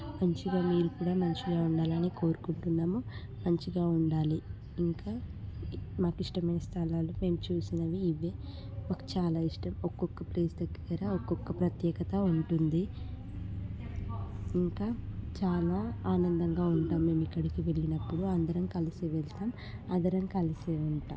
మంచిగా మీరు కూడా మంచిగా ఉండాలని కోరుకుంటున్నాము మంచిగా ఉండాలి ఇంకా మాకిష్టమైన స్థలాలు మేము చూసినవి ఇవే మాకు చాలా ఇష్టం ఒక్కొక్క ప్లేస్ దగ్గర ఒక్కొక్క ప్రత్యేకత ఉంటుంది ఇంకా చాలా ఆనందంగా ఉంటాము మేము ఇక్కడికి వెళ్ళినప్పుడు అందరం కలిసి వెళతాము అందరం కలిసే ఉంటాము